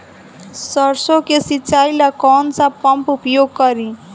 सरसो के सिंचाई ला कौन सा पंप उपयोग करी?